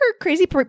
crazy